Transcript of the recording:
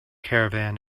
caravan